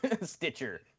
Stitcher